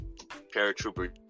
paratrooper